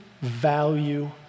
value